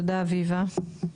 תודה אביבה.